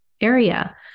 area